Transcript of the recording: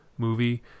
movie